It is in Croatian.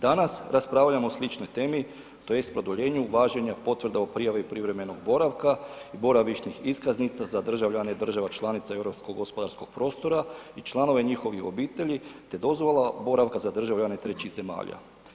Danas raspravljamo o sličnoj temi tj. produljenju važenja potvrda o prijavi privremenog boravka i boravišnih iskaznica za državljane država članice europskog gospodarskog prostora i članova njihovih obitelji te dozvola boravka za državljane trećih zemalja.